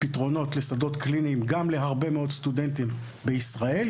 פתרונות לשדות קליניים גם להרבה מאוד סטודנטים בישראל,